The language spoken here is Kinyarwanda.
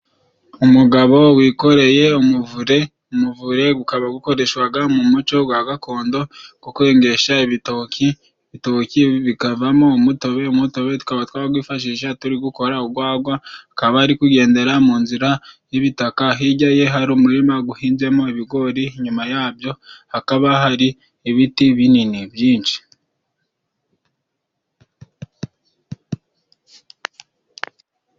Umugabo wikoreye umuvure, umuvure gukaba gukoreshwaga mu muco gwa gakondo go kwengesha ibitoki. Ibitoki bikavamo umutobe, umutobe tukaba twagwifashisha turi gukora ugwagwa. Akaba ari kugendera mu nzira y'ibitaka, hijya ye hari umurima guhinzemo ibigori, inyuma yabyo hakaba hari ibiti binini byinshi.